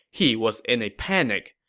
he was in a panic.